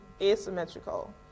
asymmetrical